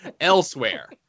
Elsewhere